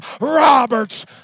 Roberts